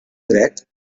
dret